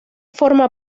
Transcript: forma